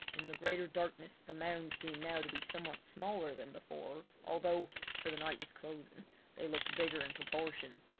in the greater darkness the mounds seemed now to be somewhat smaller than before, although for the night was closing they looked bigger in proportion.